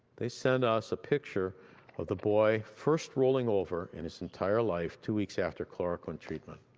they sent us a picture of the boy first rolling over in his entire life two weeks after chloroquine treatment.